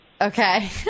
Okay